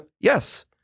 Yes